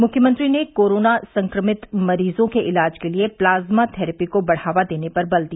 मुख्यमंत्री ने कोरोना संक्रमित मरीजों के इलाज के लिये प्लाज्मा थेरेपी को बढ़ावा देने पर बल दिया